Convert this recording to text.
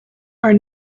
are